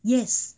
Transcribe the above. yes